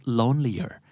lonelier